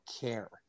care